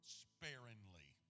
sparingly